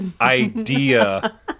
idea